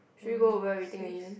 should we go over everything again